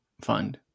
fund